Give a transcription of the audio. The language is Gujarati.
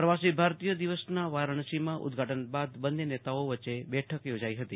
પ્રવાસી ભારતીય દિવસના વારાણસીમાં ઉદ્વાટન બાદ બંને નેતાઓ વચ્ચે બેઠક યોજાઈ હતી